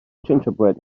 gingerbread